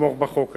לתמוך בחוק הזה.